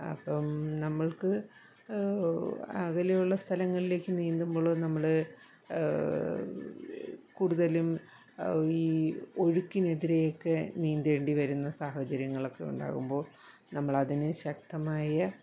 അപ്പം നമ്മൾക്ക് അകലെയുള്ള സഥലങ്ങളിലേക്ക് നീന്തുമ്പോൾ നമ്മൾ കൂടുതലും ഈ ഒഴുക്കിനെതിരെയൊക്കെ നീന്തേണ്ടിവരുന്ന സാഹചര്യങ്ങളൊക്കെ ഉണ്ടാകുമ്പോൾ നമ്മൾ അതിനെ ശക്തമായ